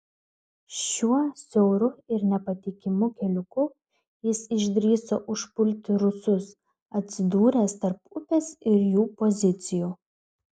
šiuo siauru ir nepatikimu keliuku jis išdrįso užpulti rusus atsidūręs tarp upės ir jų pozicijų